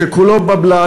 שכולו בבל"ת.